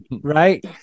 right